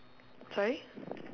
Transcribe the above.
sorry